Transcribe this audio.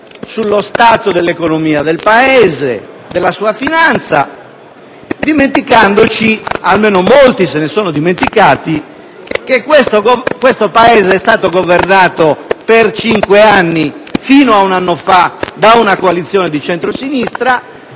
sullo stato dell'economia del Paese, della sua finanza, dimenticando (o almeno molti se ne sono dimenticati) che questo Paese è stato governato per cinque anni, fino ad un anno fa, da una coalizione di centro‑destra